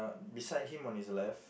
beside him on his left